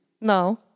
No